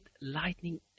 Lightning